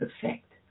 effect